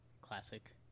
Classic